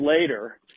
later